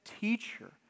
teacher